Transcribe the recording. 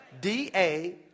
D-A